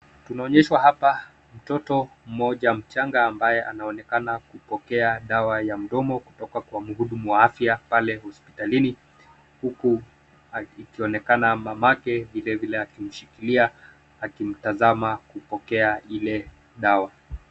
Tunaonyeshwa hapa mtoto mmoja mchanga ambaye anaonekana kupokea dawa ya mdomo kutoka kwa mhudumu wa afya pale hosipitalini huku ikionekana mamake vili vile akimshikilia akimtazama kupokea ile dawa.